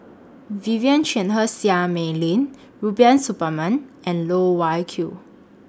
Vivien Quahe Seah Mei Lin Rubiah Suparman and Loh Wai Kiew